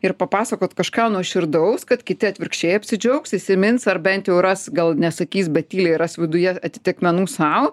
ir papasakot kažką nuoširdaus kad kiti atvirkščiai apsidžiaugs įsimins ar bent jau ras gal nesakys bet tyliai ras viduje atitikmenų sau